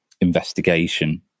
investigation